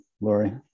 Lori